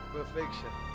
Perfection